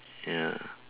ya